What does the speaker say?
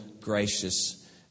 gracious